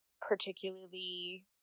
particularly